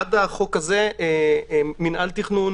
עד החוק הזה מינהל התכנון